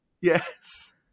Yes